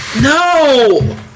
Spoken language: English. No